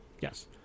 Yes